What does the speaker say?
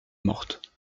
morte